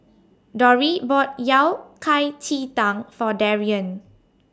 Dori bought Yao Cai Ji Tang For Darrien